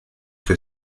que